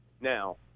Now